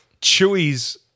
chewie's